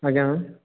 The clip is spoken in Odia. ଆଜ୍ଞା ମ୍ୟାମ୍